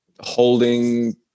holding